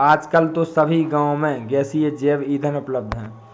आजकल तो सभी गांव में गैसीय जैव ईंधन उपलब्ध है